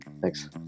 Thanks